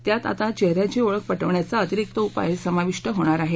त्यात आता चेहऱ्याची ओळख पटवण्याचा अतिरिक्त उपाय समाविष्ट होणार आहे